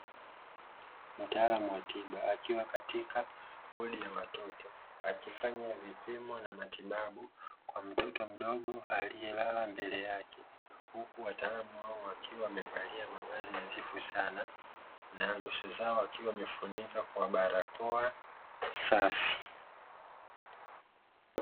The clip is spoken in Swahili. Mtaalamu wa tiba akiwa katika wodi ya watoto, akifanya vipimo na matibabu kwa mtoto mdogo aliyelala mbele yake huku wataalamu hao wakiwa wamevalia mavazi nadhifu sana na nyuso zao wakiwa wamefunika kwa barakoa safi.